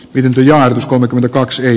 birdy ja jos kolmekymmentäkaksi